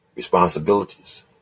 responsibilities